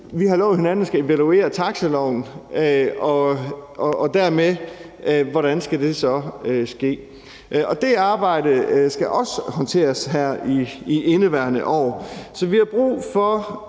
Vi har lovet hinanden at skulle evaluere taxaloven og dermed: Hvordan skal det så ske? Og det arbejde skal også håndteres her i indeværende år, så vi har brug for